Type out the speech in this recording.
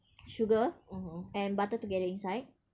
sugar and butter together inside